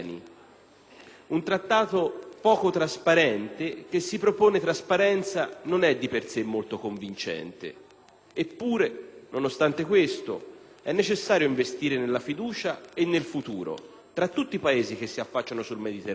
UnTrattato poco trasparente che si propone trasparenza non è di per sé molto convincente. Eppure, nonostante questo, è necessario investire nella fiducia e nel futuro tra tutti i Paesi che si affacciano sul Mediterraneo.